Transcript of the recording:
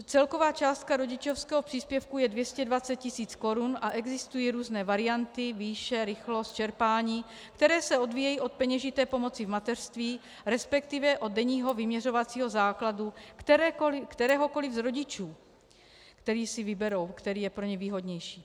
Celková částka rodičovského příspěvku je 220 tisíc korun a existují různé varianty, výše, rychlost čerpání, které se odvíjejí od peněžité pomoci v mateřství, resp. od denního vyměřovacího základu kteréhokoli z rodičů, který si vyberou, který je pro ně výhodnější.